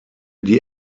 die